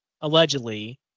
allegedly